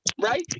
right